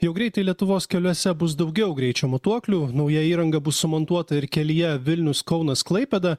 jau greitai lietuvos keliuose bus daugiau greičio matuoklių nauja įranga bus sumontuota ir kelyje vilnius kaunas klaipėda